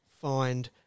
find